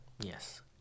Yes